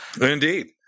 Indeed